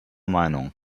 meinung